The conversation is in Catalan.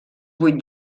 vuit